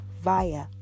via